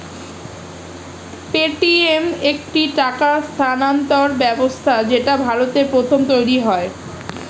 Paytm একটি টাকা স্থানান্তর ব্যবস্থা যেটা ভারতে প্রথম তৈরী হয়